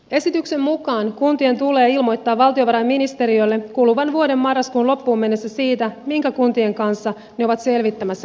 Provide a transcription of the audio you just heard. esityksen mukaan kuntien tulee ilmoittaa valtiovarainministeriölle kuluvan vuoden marraskuun loppuun mennessä siitä minkä kuntien kanssa ne ovat selvittämässä yhdistymistä